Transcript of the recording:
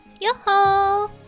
Yo-ho